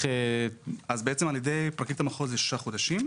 על ידי פרקליט המחוז זה ששה חודשים.